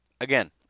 Again